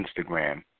Instagram